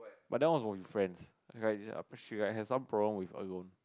but that one was from friends like she like have some problem with alone